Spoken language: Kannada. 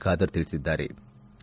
ಖಾದರ್ ತಿಳಿಬದ್ದಾರೆ